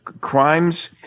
crimes